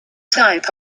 type